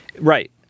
Right